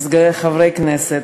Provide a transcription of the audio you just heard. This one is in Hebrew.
חברי כנסת,